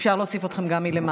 אפשר להוסיף אתכם גם מלמטה.